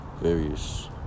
Various